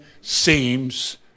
seems